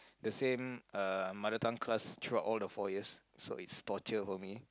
the same uh mother tongue class throughout all the four years so it's torture for me